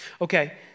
okay